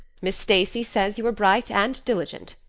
miss stacy says you are bright and diligent.